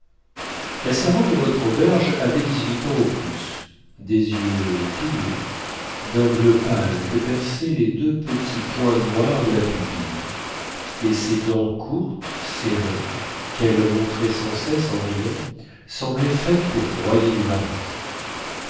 la servante de notre auberge avait dix-huit ans au plus des yeux tout bleus d'un bleu pâle que perçaient les deux petits points noirs de la pupille et ses dents courtes serrées qu'elle montrait sans cesse en riant semblaient faites pour broyer du granit